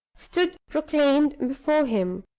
stood proclaimed before him.